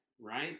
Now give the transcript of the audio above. right